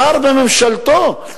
שר בממשלתו,